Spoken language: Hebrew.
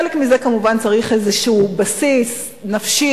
חלק מזה, כמובן צריך איזשהו בסיס נפשי